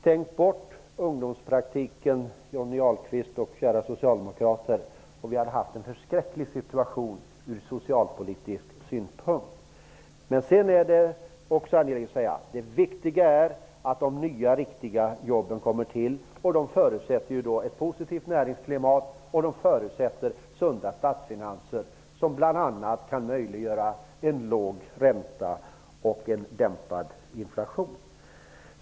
Tänk bort ungdomspraktiken, Johnny Ahlqvist och kära socialdemokrater, och vi hade haft en förskräcklig situation från socialpolitisk synpunkt. Det är angeläget att framhålla att nya riktiga jobb måste komma till. Det förutsätter ett positivt näringsklimat och sunda statsfinanser, som bl.a. kan möjliggöra låg ränta och dämpad inflation.